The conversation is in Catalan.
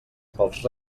pels